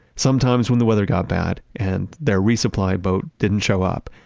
sometimes when the weather got bad and their resupply boat didn't show up,